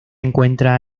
encuentra